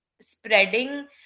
spreading